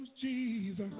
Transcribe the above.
Jesus